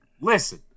listen